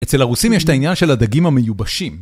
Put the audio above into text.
אצל הרוסים יש את העניין של הדגים המיובשים